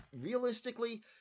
realistically